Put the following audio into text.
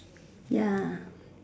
ya